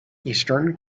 eastern